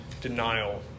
denial